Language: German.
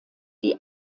die